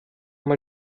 mal